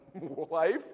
life